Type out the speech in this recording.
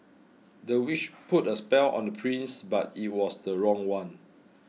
the witch put a spell on the prince but it was the wrong one